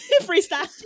freestyle